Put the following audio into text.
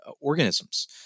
organisms